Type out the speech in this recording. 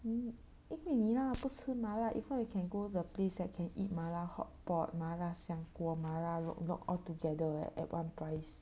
mm 因为你 lah 不吃麻辣 if not we can go to a place that can eat 麻辣 hotpot 麻辣香锅麻辣 lok lok altogether eh at one price